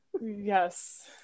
Yes